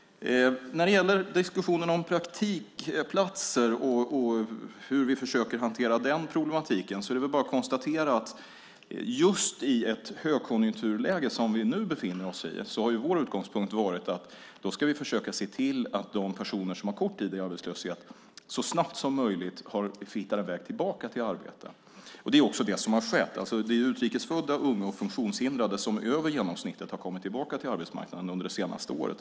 När det gäller diskussionen om praktikplatser och hur vi försöker hantera den problematiken är det bara att konstatera att i ett högkonjunkturläge, som vi nu befinner oss i, är vår utgångspunkt att vi ska försöka se till att de personer som har kort tid i arbetslöshet så snabbt som möjligt hittar en väg tillbaka till arbete. Det är också det som har skett. Det är alltså utrikesfödda, unga och funktionshindrade som över genomsnittet har kommit tillbaka till arbetsmarknaden under det senaste året.